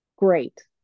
Great